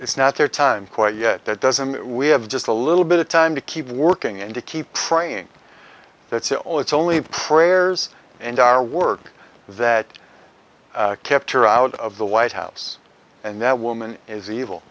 it's not their time quite yet that doesn't mean we have just a little bit of time to keep working and to keep trying that's all it's only prayers and our work that kept her out of the white house and that woman is evil